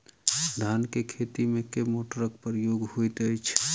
धान केँ खेती मे केँ मोटरक प्रयोग होइत अछि?